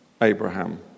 Abraham